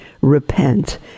repent